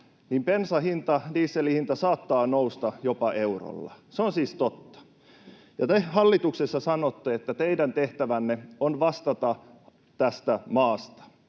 niin bensan hinta ja dieselin hinta saattaa nousta jopa eurolla. Se on siis totta. Ja te hallituksessa sanotte, että teidän tehtävänne on vastata tästä maasta.